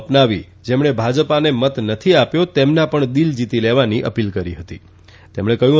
અપનાવી જેમણે ભાજપાને મત નથી આપ્યો તેમના પણ દિલ જીતી લેવાની અપીલ કરી હતીતેમણે કહ્યું